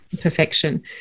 perfection